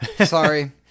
Sorry